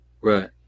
right